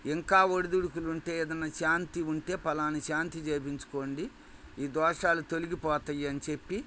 ఇంకా ఒడిదుడుకులు ఉంటే ఏదైనా శాంతి ఉంటే ఫలానా శాంతి చేయించుకోండి ఈ దోషాలు తొలగిపోతాయి అని చెప్పి